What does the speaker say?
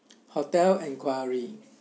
hotel inquiry